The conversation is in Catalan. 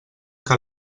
que